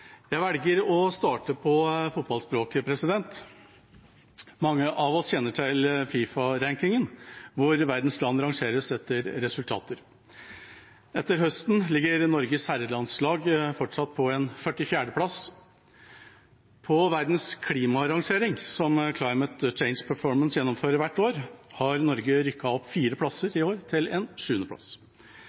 Jeg velger å starte på fotballspråket. Mange av oss kjenner til FIFA-rankingen, hvor verdens land rangeres etter resultater. Etter høsten ligger Norges herrelandslag fortsatt på 44. plass. På verdens klimarangering, Climate Change Performance Index, som gjennomføres hvert år, har Norge rykket opp fire plasser i år, til en